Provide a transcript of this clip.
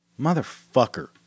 motherfucker